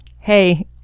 hey